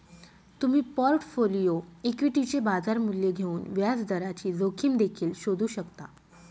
तुम्ही पोर्टफोलिओ इक्विटीचे बाजार मूल्य घेऊन व्याजदराची जोखीम देखील शोधू शकता